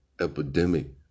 epidemic